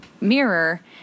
mirror